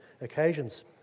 occasions